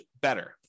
better